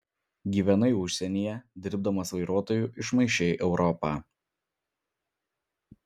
gyvenai užsienyje dirbdamas vairuotoju išmaišei europą